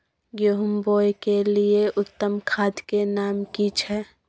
गेहूं बोअ के लिये उत्तम खाद के नाम की छै?